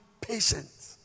patient